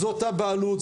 זה אותה בעלות,